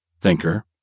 thinker